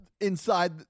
inside